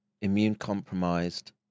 immune-compromised